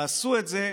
תעשו את זה,